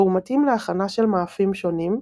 והוא מתאים להכנה של מאפים שונים,